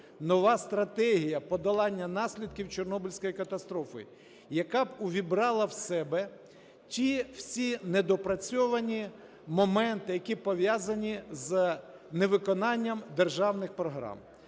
нова стратегія подолання наслідків Чорнобильської катастрофи, яка б увібрала в себе ті всі недопрацьовані моменти, які пов'язані з невиконанням державних програм.